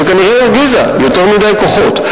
וכנראה הרגיזה יותר מדי כוחות.